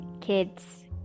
kids